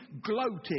gloating